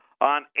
on